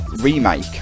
Remake